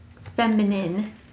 feminine